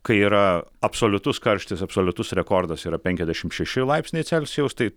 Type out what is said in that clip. kai yra absoliutus karštis absoliutus rekordas yra penkiasdešimt šeši laipsniai celcijaus tai